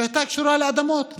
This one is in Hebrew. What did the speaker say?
שהייתה קשורה לאדמות,